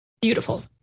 beautiful